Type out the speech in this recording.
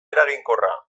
eraginkorra